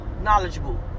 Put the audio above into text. knowledgeable